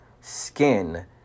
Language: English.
skin